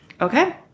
Okay